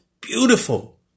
beautiful